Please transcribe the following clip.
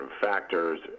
factors